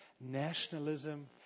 nationalism